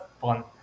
fun